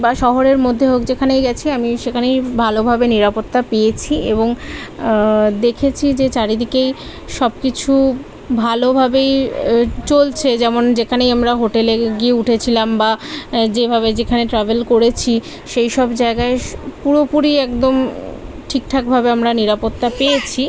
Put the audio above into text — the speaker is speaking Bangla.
বা শহরের মধ্যে হোক যেখানেই গিয়েছি আমি সেখানেই ভালোভাবে নিরাপত্তা পেয়েছি এবং দেখেছি যে চারিদিকেই সব কিছু ভালোভাবেই চলছে যেমন যেখানেই আমরা হোটেলে গিয়ে উঠেছিলাম বা যেভাবে যেখানে ট্রাভেল করেছি সেই সব জায়গায় স্ পুরোপুরি একদম ঠিকঠাকভাবে আমরা নিরাপত্তা পেয়েছি